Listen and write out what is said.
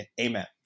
Amen